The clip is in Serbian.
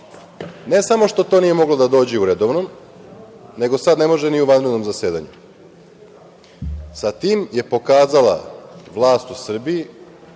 Ne samo što to nije moglo da dođe u redovno, nego sada ne može ni u vanredno zasedanje. Sa tim je pokazala vlast u Srbiji